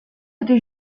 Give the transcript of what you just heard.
était